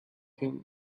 him